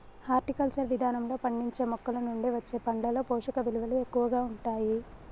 horticulture విధానంలో పండించిన మొక్కలనుండి వచ్చే పండ్లలో పోషకవిలువలు ఎక్కువగా ఉంటాయి